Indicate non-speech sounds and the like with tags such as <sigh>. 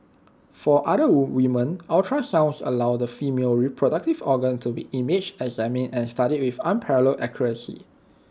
for other <unintelligible> women ultrasound allows the female reproductive organs to be imaged examined and studied with unparalleled accuracy